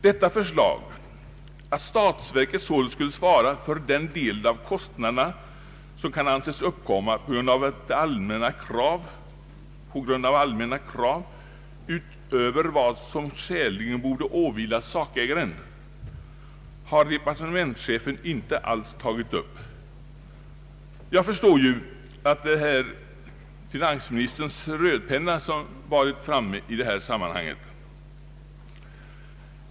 Detta förslag, att statsverket således skulle svara för den del av kostnaderna som kan anses uppkomma på grund av allmänna krav utöver vad som skäligen borde åvila sakägaren, har departementschefen inte alls tagit upp. Jag förstår ju att det är finansministerns rödpenna som varit framme.